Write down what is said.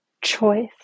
choice